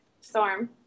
storm